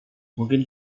mungkin